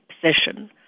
position